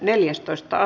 asia